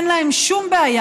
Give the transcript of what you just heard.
אין להם שום בעיה.